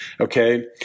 okay